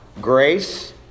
Grace